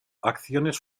acciones